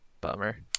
Bummer